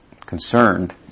concerned